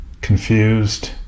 Confused